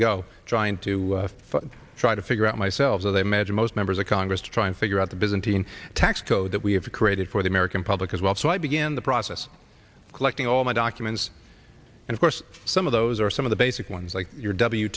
ago trying to fight try to figure out myself with a measure most members of congress try and figure out the byzantine tax code that we have created for the american public as well so i begin the process of collecting all my documents and of course some of those are some of the basic ones like your w